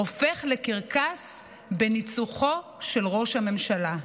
הופך לקרקס בניצוחו של ראש הממשלה.